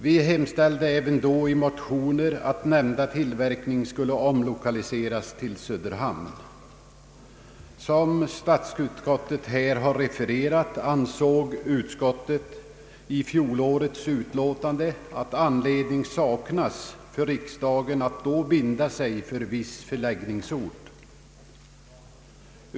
Vi hemställde även då i motioner att denna tillverkning skulle omlokaliseras till Söderhamn. Som statsutskottet här har refererat ansåg utskottet i fjolårets utlåtande ”anledning saknas för riksdagen att då binda sig för viss förläggningsort”.